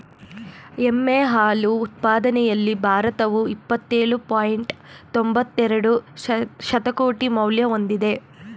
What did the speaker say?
ಎಮ್ಮೆ ಹಾಲು ಉತ್ಪಾದನೆಯಲ್ಲಿ ಭಾರತವು ಇಪ್ಪತ್ತೇಳು ಪಾಯಿಂಟ್ ತೊಂಬತ್ತೆರೆಡು ಶತಕೋಟಿ ಮೌಲ್ಯ ಹೊಂದಿದೆ